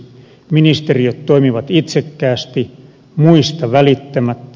ministeriöt toimivat itsekkäästi muista välittämättä